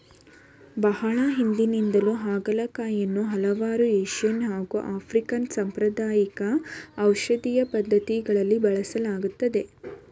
ಬಹಳ ಹಿಂದಿನಿಂದಲೂ ಹಾಗಲಕಾಯಿಯನ್ನು ಹಲವಾರು ಏಶಿಯನ್ ಹಾಗು ಆಫ್ರಿಕನ್ ಸಾಂಪ್ರದಾಯಿಕ ಔಷಧೀಯ ಪದ್ಧತಿಗಳಲ್ಲಿ ಬಳಸಲಾಗ್ತದೆ